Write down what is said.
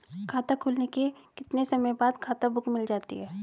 खाता खुलने के कितने समय बाद खाता बुक मिल जाती है?